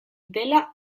dela